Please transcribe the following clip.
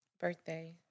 Birthday